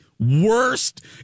worst